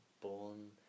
born